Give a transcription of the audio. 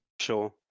Sure